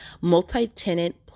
Multi-tenant